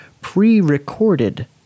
pre-recorded